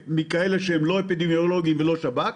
מכאלה שהם לא חקירה אפידמיולוגית ולא שב"כ,